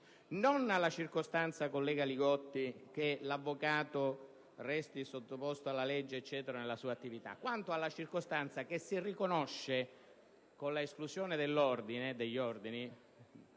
non alla circostanza, senatore Li Gotti, che l'avvocato resti sottoposto alla legge nella sua attività quanto alla circostanza che si riconosce, con l'esclusione degli ordini